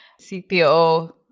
CPO